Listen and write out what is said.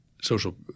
social